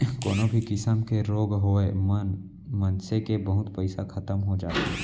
कोनो भी किसम के रोग होय म मनसे के बहुत पइसा खतम हो जाथे